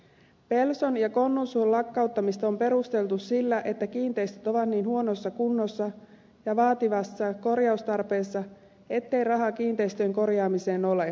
pelson ja konnunsuon lakkauttamista on perusteltu sillä että kiinteistöt ovat niin huonossa kunnossa ja vaativassa korjaustarpeessa ettei rahaa kiinteistöjen korjaamiseen ole